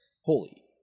Holy